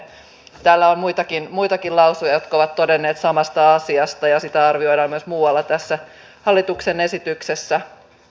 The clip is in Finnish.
täällä on muitakin lausujia jotka ovat todenneet samasta asiasta ja sitä arvioidaan myös muualla tässä hallituksen esityksessä